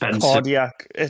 cardiac